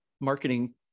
marketing